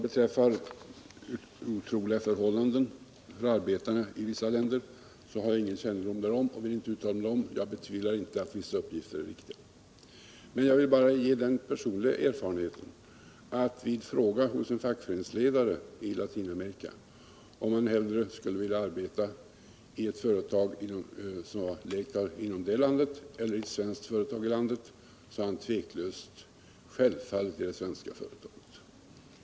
Beträffande otroliga förhållanden för arbetare i vissa länder så har jag ingen närmare kännedom därom och vill inte uttala mig. Jag betvivlar inte att vissa uppgifter är riktiga. Men jag vill ge den personliga erfarenheten att vid förfrågan hos en fackföreningsledare i ett latinamerikanskt land om han skulle vilja arbeta i ett företag som var ägt inom det landet eller i ett svenskt företag i landet så svarade han tveklöst: Självfallet i det svenska företaget.